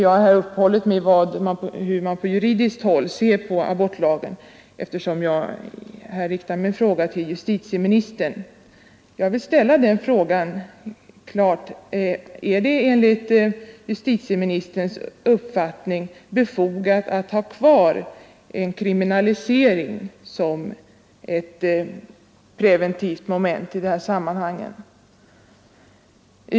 Jag har här funnit anledning uppehålla mig vid hur man på juridiskt håll ser på abortlagen, eftersom jag riktat min fråga till justitieministern Är det enligt justitieministerns uppfattning befogat Jag vill ställa fråga att ha kvar kriminalisering som ett preventivt moment i de här sammanhangen?